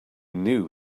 knew